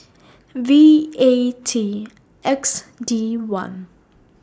V A T X D one